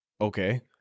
Okay